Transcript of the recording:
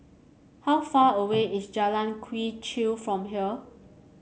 how far away is Jalan Quee Chew from here